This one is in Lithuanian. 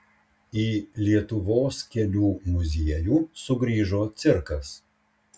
į lietuvos kelių muziejų sugrįžo cirkas